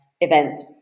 events